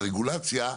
ברגולציה,